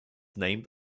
named